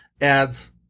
adds